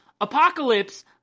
Apocalypse